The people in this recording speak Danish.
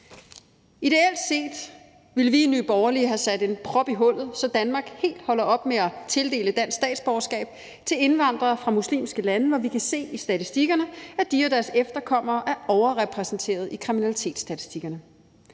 Ideelt set ville vi i Nye Borgerlige have sat en prop i i hullet, så Danmark helt holder op med at tildele dansk statsborgerskab til indvandrere fra muslimske lande, når vi kan se i statistikkerne, at de og deres efterkommere er overrepræsenteret i kriminalitetsstatistikkerne.